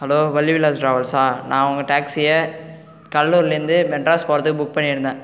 hello Valli Vilas டிராவல்ஸ்சா நான் உங்கள் டேக்ஸியை கடலூர்லேருந்து மெட்ராஸ் போகிறதுக்கு புக் பண்ணியிருந்தேன்